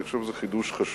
אני חושב שזה חידוש חשוב.